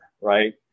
right